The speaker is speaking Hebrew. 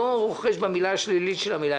לא רוחש במילה שלילית של המילה,